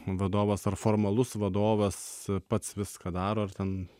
vadovas ar formalus vadovas pats viską daro ar ten